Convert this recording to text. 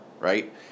right